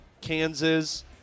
kansas